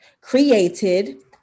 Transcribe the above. created